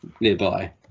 nearby